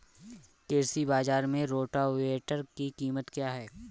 कृषि बाजार में रोटावेटर की कीमत क्या है?